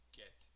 get